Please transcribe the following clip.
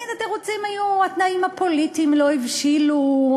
ותמיד התירוצים היו: התנאים הפוליטיים לא הבשילו,